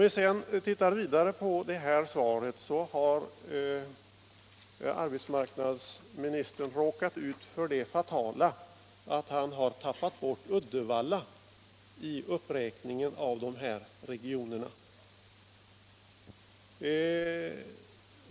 Arbetsmarknadsministern har vidare i sitt svar råkat ut för det fatala att tappa bort Uddevalla i sin uppräkning av regioner.